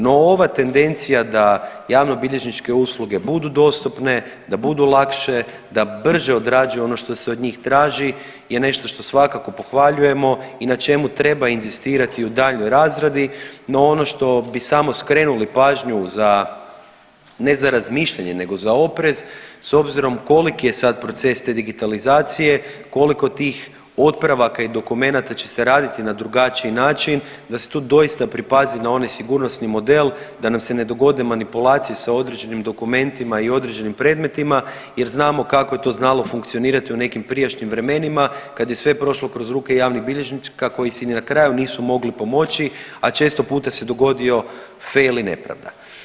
No, ova tendencija da javnobilježničke usluge budu dostupne, da budu lakše, da brže odrađuju ono što se od njih traži je nešto što svakako pohvaljujemo i na čemu treba inzistirati u daljnjoj razradi, no ono što bi samo skrenuli pažnju za, ne za razmišljanje nego za oprez, s obzirom koliki je sad proces te digitalizacije, koliko tih otpravaka i dokumenata će se raditi na drugačiji način, da se tu doista pripazi na onaj sigurnosni model da nam se ne dogode manipulacije sa određenim dokumentima i određenim predmetima jer znamo kako je to znalo funkcionirati u nekim prijašnjim vremenima kad je sve prošlo kroz ruke javnih bilježnika koji si ni na kraju nisu mogli pomoći, a često puta se dogodio fail i nepravda.